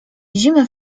zimy